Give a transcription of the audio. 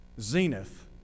zenith